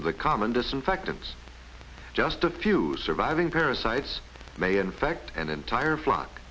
of the common disinfectants just a few surviving parasites may infect an entire flock